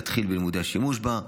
להתחיל בלימודי השימוש בה,